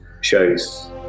shows